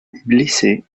blessé